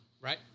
Right